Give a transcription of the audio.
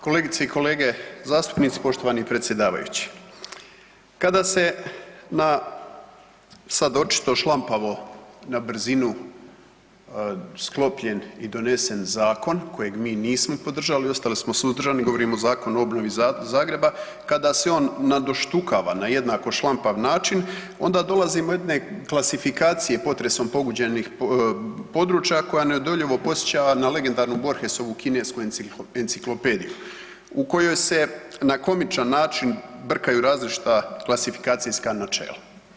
Kolegice i kolege zastupnici, poštovani predsjedavajući, kada se na sad očito šlampavo na brzinu sklopljen i donesen zakon kojeg mi nismo podržali ostali smo suzdržani, govorim o Zakonu o obnovi Zakona, kada se on nadoštukava na jednako šlampav način onda dolazimo do jedne klasifikacije potresom pogođenih područja koja neodoljivo podsjeća na legendarnu Borhesovu kinesku enciklopediju u kojoj se na komičan način brkaju različita klasifikacijska načela.